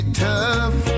tough